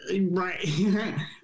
Right